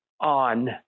on